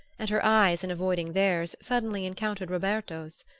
and her eyes, in avoiding theirs, suddenly encountered roberto's.